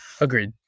Agreed